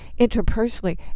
interpersonally